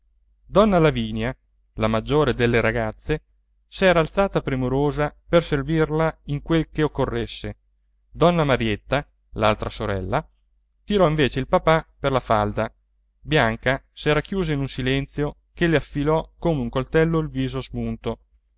donna lavinia la maggiore delle ragazze s'era alzata premurosa per servirla in quel che occorresse donna marietta l'altra sorella tirò invece il papà per la falda bianca s'era chiusa in un silenzio che le affilò come un coltello il viso smunto